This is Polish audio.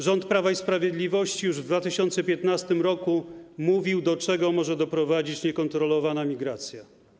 Rząd Prawa i Sprawiedliwości już w 2015 r. mówił, do czego może doprowadzić niekontrolowana migracja.